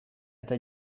eta